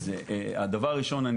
זה דבר ראשון.